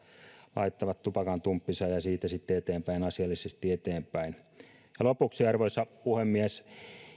laittavan tupakantumppinsa ja ja siitä sitten asiallisesti eteenpäin lopuksi arvoisa puhemies